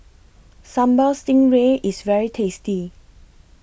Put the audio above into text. Sambal Stingray IS very tasty